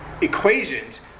equations